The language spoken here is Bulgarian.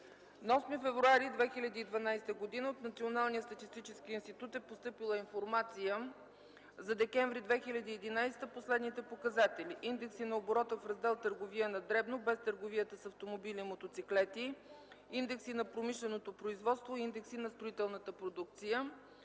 8 февруари 2012 г. от Националния статистически институт е постъпила информация за декември 2011 г. по следните показатели: - индекси на оборота в раздел „Търговия на дребно”, без търговията с автомобили и мотоциклети; - индекси на промишленото производство; - индекси на строителната продукция.